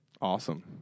Awesome